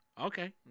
okay